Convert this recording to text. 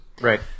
Right